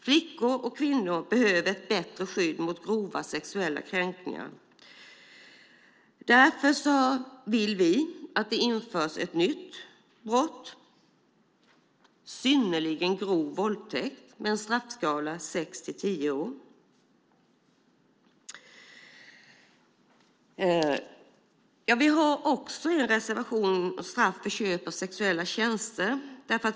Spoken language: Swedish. Flickor och kvinnor behöver ett bättre skydd mot grova sexuella kränkningar. Därför vill vi att det införs ett nytt brott, synnerligen grov våldtäkt med straffskala sex till tio år. Vi har också en reservation om straff för köp av sexuella tjänster.